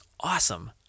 awesome